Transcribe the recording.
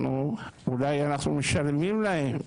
אנחנו, אולי משלמים להם,